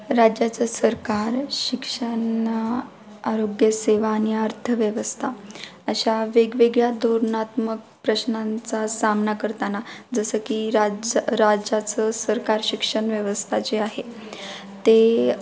राज्याचं सरकार शिक्षण आरोग्यसेवा आणि अर्थव्यवस्था अशा वेगवेगळ्या धोरणात्मक प्रश्नांचा सामना करताना जसं की राज राज्याचं सरकार शिक्षण व्यवस्था जे आहे ते